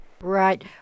Right